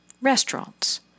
restaurants